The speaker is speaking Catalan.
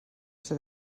ser